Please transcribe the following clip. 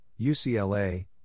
UCLA